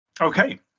Okay